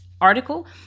article